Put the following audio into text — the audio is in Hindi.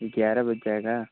ग्यारह बज जाएगा